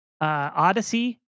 odyssey